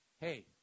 hey